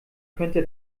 könnte